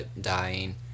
dying